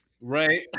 Right